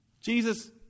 Jesus